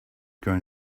grown